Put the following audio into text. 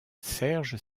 serge